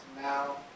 now